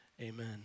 Amen